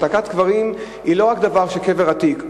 העתקת קברים היא לא רק דבר של קבר עתיק,